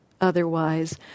otherwise